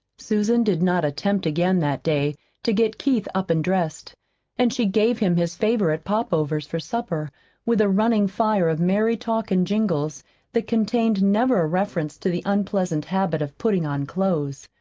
susan did not attempt again that day to get keith up and dressed and she gave him his favorite pop-overs for supper with a running fire of merry talk and jingles that contained never a reference to the unpleasant habit of putting on clothes,